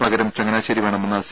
പകരം ചങ്ങനാശേരി വേണമെന്ന സി